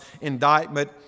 indictment